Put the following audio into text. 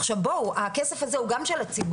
עכשיו, בואו - הכסף הזה הוא גם של הציבור.